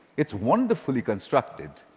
it's wonderfully constructed.